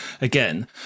again